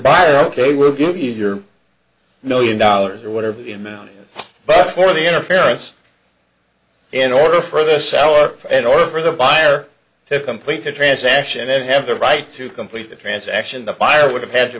buyer ok we'll give you your million dollars or whatever the amount but for the interference in order for this hour in order for the buyer to complete the transaction and have the right to complete the transaction the fire would have had to